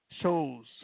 shows